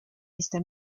esta